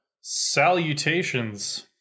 Salutations